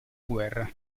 guerra